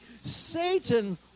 Satan